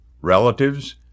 relatives